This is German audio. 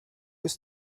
ist